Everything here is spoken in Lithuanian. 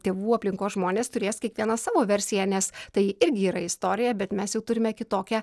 tėvų aplinkos žmonės turės kiekvienas savo versiją nes tai irgi yra istorija bet mes jau turime kitokią